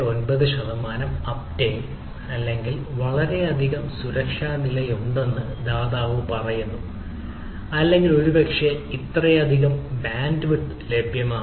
99 ശതമാനം അപ്ടൈം അല്ലെങ്കിൽ വളരെയധികം സുരക്ഷാ നിലയുണ്ടെന്ന് ദാതാവ് പറയുന്നു അല്ലെങ്കിൽ ഒരുപക്ഷേ ഇത്രയധികം ബാൻഡ്വിഡ്ത്ത് ലഭ്യമാണ്